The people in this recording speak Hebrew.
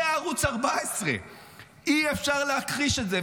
זה ערוץ 14. אי-אפשר להכחיש את זה.